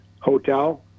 hotel